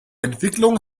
entwicklung